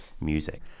music